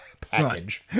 package